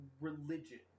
religion